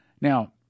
Now